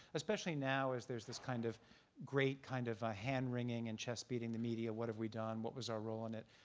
especially now, is there's this kind of great kind of ah hand wringing and chest beating of the media, what have we done, what was our role in it.